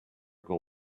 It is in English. goal